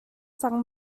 cang